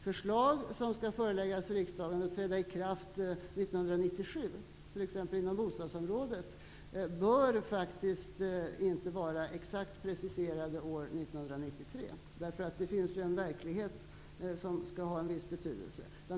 Förslag som skall föreläggas riksdagen och träda i kraft 1997, t.ex. inom bostadsområdet, bör faktiskt inte vara exakt preciserade år 1993. Det finns en verklighet som skall ha en viss betydelse.